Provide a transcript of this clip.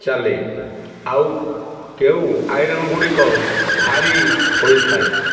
ଚାଲେ ଆଉ କେଉଁ ଆଇରନ୍ ଗୁଡ଼ିକ ଭାରି ହୋଇଥାଏ